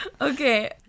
Okay